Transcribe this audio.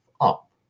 up